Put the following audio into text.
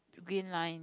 green line